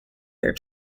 their